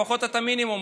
לפחות את המינימום.